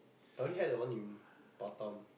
the only hat that one in Batam